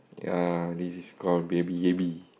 ya this is call baby yabby